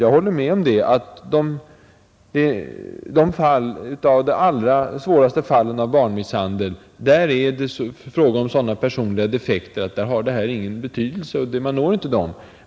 Jag håller med om att i de allra svåraste fallen av barnmisshandel är det fråga om sådana personliga defekter, att föräldraskolan inte har någon större betydelse.